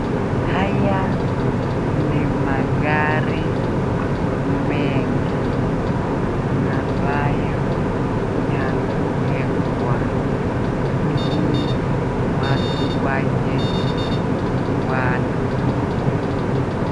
Haya ni magari mengi, ambayo yamewekwa ili watu waje wanunue.